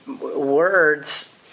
words